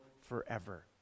forever